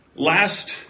Last